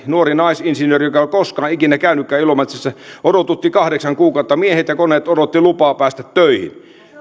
nuori naisinsinööri joka ei ole koskaan ikinä käynytkään ilomantsissa odotutti kahdeksan kuukautta miehet ja koneet odottivat lupaa päästä töihin